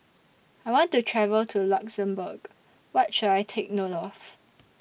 I want to travel to Luxembourg What should I Take note of